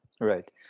Right